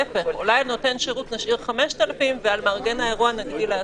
אולי נותן שירות נשאיר 5,000 ועל מארגן האירוע נגדיל ל-10,000.